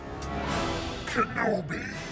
Kenobi